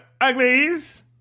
uglies